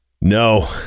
No